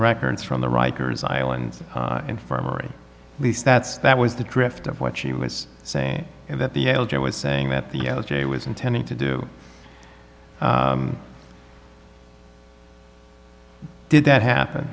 records from the rikers island infirmary least that's that was the drift of what she was saying and that the elder was saying that the o j was intending to do did that happen